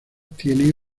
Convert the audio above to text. tiene